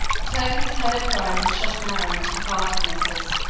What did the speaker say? but hercules heard her cries and shot an arrow into the heart of nessus.